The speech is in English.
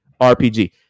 RPG